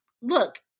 look